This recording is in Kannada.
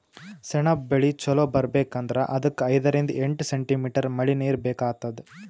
ಸೆಣಬ್ ಬೆಳಿ ಚಲೋ ಬರ್ಬೆಕ್ ಅಂದ್ರ ಅದಕ್ಕ್ ಐದರಿಂದ್ ಎಂಟ್ ಸೆಂಟಿಮೀಟರ್ ಮಳಿನೀರ್ ಬೇಕಾತದ್